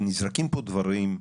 נזרקים פה דברים,